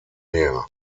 mehr